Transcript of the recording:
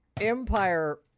Empire